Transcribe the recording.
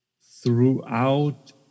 throughout